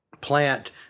plant